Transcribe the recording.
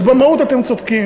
במהות אתם צודקים.